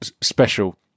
special